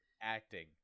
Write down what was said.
acting